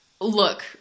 Look